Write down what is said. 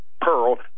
pearl